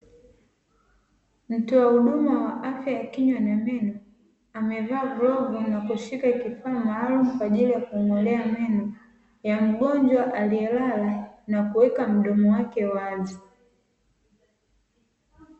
Mtoa huduma wa afya ya kinywa na meno amevaa glavu na kushika kifaa maalumu, kwa ajili ya kung'olea meno ya mgonjwa aliyelala na kuweka mdomo wake wazi.